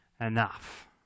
enough